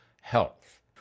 health